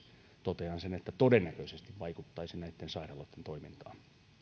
totean sen että todennäköisesti vaikuttaisi näitten sairaaloitten toimintaan